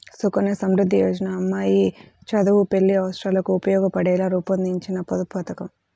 సుకన్య సమృద్ధి యోజన అమ్మాయి చదువు, పెళ్లి అవసరాలకు ఉపయోగపడేలా రూపొందించిన పొదుపు పథకం